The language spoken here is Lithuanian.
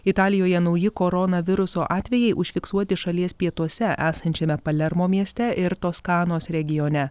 italijoje nauji koronaviruso atvejai užfiksuoti šalies pietuose esančiame palermo mieste ir toskanos regione